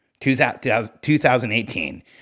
2018